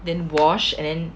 then wash and then